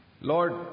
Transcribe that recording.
Lord